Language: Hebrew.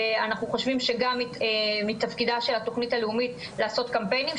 ואנחנו חושבים שגם מתפקידה של התכנית הלאומית לעשות קמפיינים.